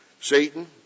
Satan